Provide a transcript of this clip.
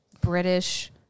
British